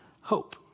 hope